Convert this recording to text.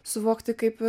suvokti kaip